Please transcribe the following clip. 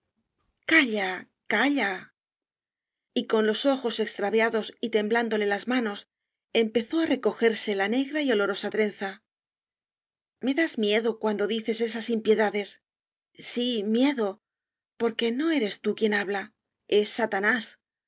morir calla calla y con los ojos extraviados y temblándole las manos empezó á recogerse la negra y olorosa trenza me das miedo cuando dices esas impie dades sí miedo porque no eres tú quien habla es satanás